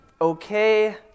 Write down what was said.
okay